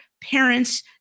parents